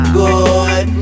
good